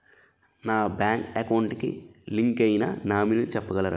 నా bank account కి link అయినా నామినీ చెప్పగలరా?